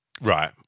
Right